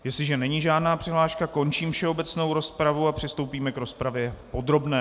Jestliže není žádná přihláška, končím všeobecnou rozpravu a přistoupíme k rozpravě podrobné.